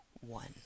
one